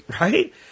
Right